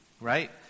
right